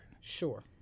Sure